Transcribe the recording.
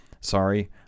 Sorry